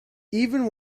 even